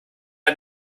are